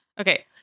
Okay